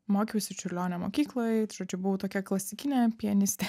mokiausi čiurlionio mokykloj žodžiu buvau tokia klasikinė pianistė